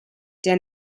der